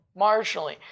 marginally